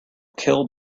kill